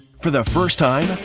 for the first time,